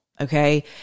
Okay